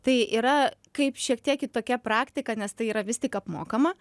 tai yra kaip šiek tiek kitokia praktika nes tai yra vis tik apmokama